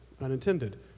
Unintended